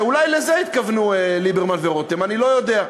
שאולי לזה התכוונו ליברמן ורותם, אני לא יודע.